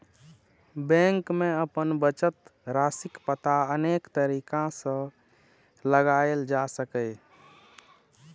bank मे अपन बचत राशिक पता अनेक तरीका सं लगाएल जा सकैए